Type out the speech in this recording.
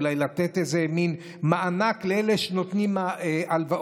אולי לתת איזה מין מענק לאלה שנותנים הלוואות.